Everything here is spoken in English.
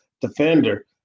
defender